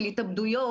של התאבדויות,